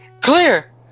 Clear